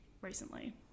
recently